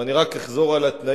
ואני רק אחזור על התנאים,